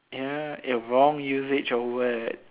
ya uh wrong usage of word ya